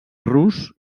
rus